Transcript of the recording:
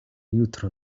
jutro